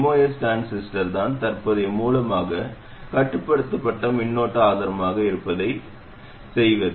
MOS transistor தான் தற்போதைய மூலமாக கட்டுப்படுத்தப்பட்ட மின்னோட்ட ஆதாரமாக இருப்பதை எப்படி செய்வது